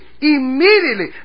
immediately